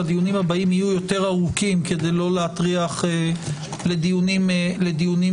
שהדיונים הבאים יהיו יותר ארוכים כדי לא להטריח לדיונים קצרים.